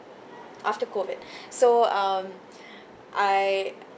after COVID so um I